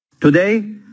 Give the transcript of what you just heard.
Today